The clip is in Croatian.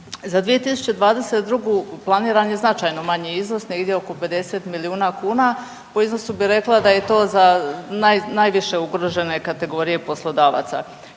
Za 2022. planiran je značajno manji iznos negdje oko 50 milijuna kuna. Po iznosu bi rekla da je to za najviše ugrožene kategorije poslodavaca.